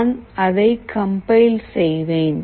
நான் அதை கம்பையில் செய்வேன்